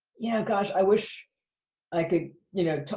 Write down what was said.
yeah, gosh, i wish i could, you know,